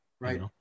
right